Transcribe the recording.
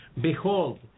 Behold